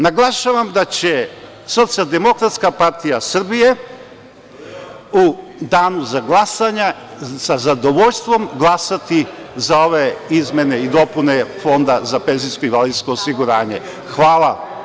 Naglašavam da će SDPS u danu za glasanje sa zadovoljstvom glasati za ove izmene i dopune Fonda za penzijsko i invalidsko osiguranje. hvala.